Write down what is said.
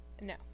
No